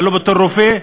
אבל לא בתור רופא,